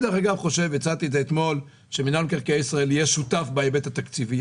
הצעתי אתמול שמינהל מקרקעי ישראל יהיה שותף גם בהיבט התקציבי,